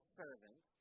servant